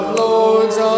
lords